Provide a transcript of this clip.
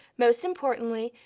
most importantly,